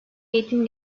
eğitim